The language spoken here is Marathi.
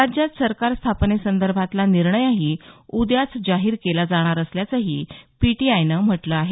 राज्यात सरकार स्थापनेसंदर्भातला निर्णयही उद्या जाहीर केला जाणार असल्याचंही पीटीआय व्रत्तसंस्थेनं म्हटलं आहे